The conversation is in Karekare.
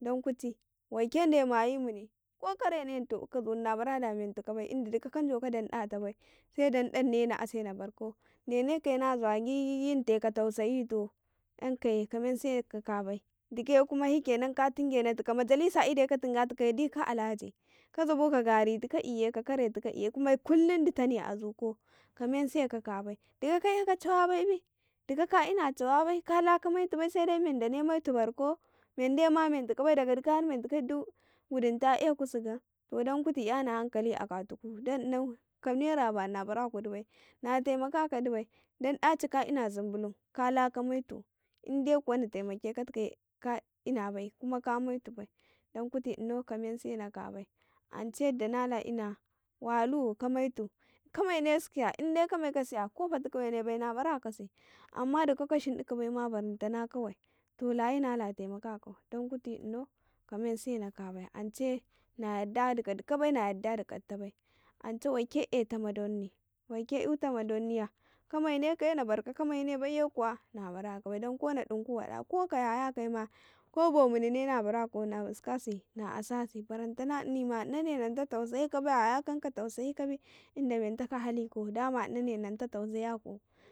dan kuti waike ndeyi mayi muni ko karernaye na tobuka nabaradi a mentuka bai inda dka kajauka dan ɗatabai se dan ɗanne na ase na barku deneka ye na zawa geee na toka tausayi to yankaye kamen seka ka bai dukaye kuma katungena tukau mala bin dai katunga tukaye gidika. Alhaji ka zabu ka gari ka kare tuka biye kullum dtane a zukau ka men seka ka bai duka ka eka chawa bai be, duka ka ina chawa bai kamaiti bai saida mendane maiti barkau mendaina mentuka bai daga duka har mentu kai du gudu e kusi gam to dan kuti yana hankali a ka tuku dan inau ka nera badu nabara kudi bai ina zumbulum kala kamaitu inde kuwa ka tukaye kamina bai ma ka maitu bai dan kuti unau kaman sena ka bai ance mandi nala ina walu kamai tu kamaine sukeya bai na nara kasiya ko fati ka waine bai na bara kasi amma duka ka shindika baima barantana kawai to layi nala taimaka ka kau dan kuti unau ka men sena ka bai ance na yaddadi ka duka bai na yaddadi ka duta bai, ance waike eta ma dunne waike luta ma donga ka mainekayae na barka kamaine bai ye kuwa nabaraka bai dan kuna dunku waɗa ko ka yaya kai mako bo minine na bara bai na buskasi, na asasi barantanama inane nanta tauseyikaba yaya kan ka tausayikabi na mentaka halituku dama inane nanta tausayaku.